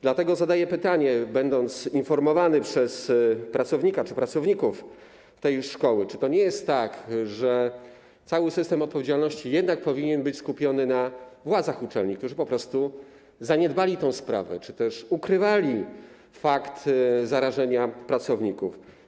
Dlatego zadaję pytanie, będąc informowany przez pracownika czy pracowników tej szkoły: Czy to nie jest tak, że cały system odpowiedzialności jednak powinien być skupiony na władzach uczelni, które po prostu zaniedbały tę sprawę czy też ukrywały fakt zarażenia pracowników?